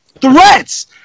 threats